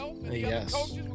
Yes